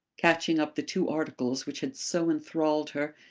catching up the two articles which had so enthralled her,